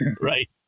right